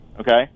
okay